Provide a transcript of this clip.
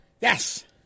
Yes